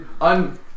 un